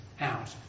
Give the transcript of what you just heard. out